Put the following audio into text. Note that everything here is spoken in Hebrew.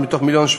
מתוך 1.7,